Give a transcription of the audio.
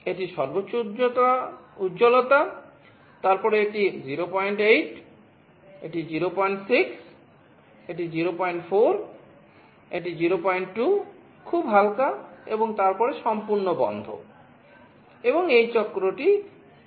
এটি সর্বোচ্চ উজ্জ্বলতা তারপরে এটি 08 এটি 06 এটি 04 এটি 02 খুব হালকা এবং তারপরে সম্পূর্ণ বন্ধ এবং এই চক্রটি পুনরাবৃত্তি হয়